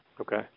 Okay